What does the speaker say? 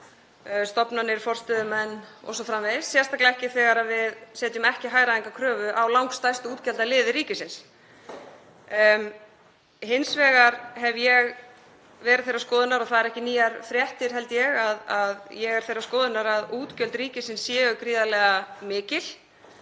stofnanir, forstöðumenn o.s.frv., sérstaklega ekki þegar við setjum ekki hagræðingarkröfu á langstærstu útgjaldaliði ríkisins. Hins vegar hef ég verið þeirrar skoðunar, og það eru ekki nýjar fréttir, held ég, að útgjöld ríkisins séu gríðarlega mikil